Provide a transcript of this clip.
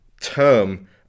term